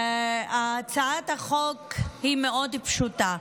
הצעת החוק מאוד פשוטה.